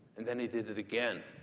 and then he did it again.